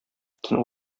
төн